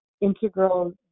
integral